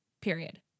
period